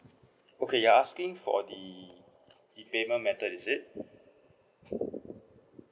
okay you're asking for the the payment method is it